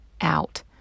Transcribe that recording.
out